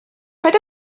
paid